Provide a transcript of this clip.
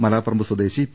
മലാപ്പറമ്പ് സ്വദേശി പി